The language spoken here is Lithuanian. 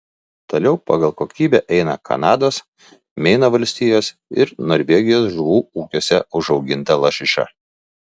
toliau pagal kokybę eina kanados meino valstijos ir norvegijos žuvų ūkiuose užauginta lašiša